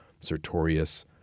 Sertorius